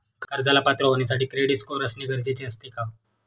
कर्जाला पात्र होण्यासाठी क्रेडिट स्कोअर असणे गरजेचे असते का?